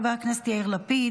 חבר הכנסת יאיר לפיד,